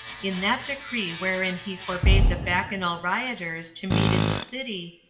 in that decree wherein he forbade the bacchanal rioters to meet in the city,